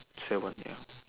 seven ya